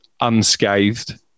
unscathed